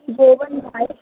Goan भायर